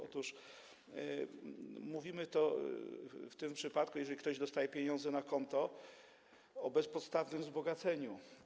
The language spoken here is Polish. Otóż mówimy w tym przypadku, jeżeli ktoś dostaje pieniądze na konto, o bezpodstawnym wzbogaceniu.